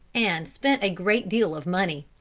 and spent a great deal of money.